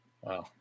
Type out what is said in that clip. Wow